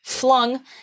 flung